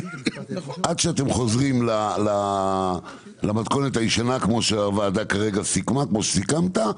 עד שאתם חוזרים למתכונת הישנה כמו שסיכם היושב ראש,